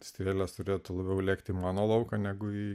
strėles turėtų labiau lėkti mano lauką negu į